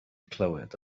clywed